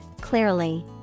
clearly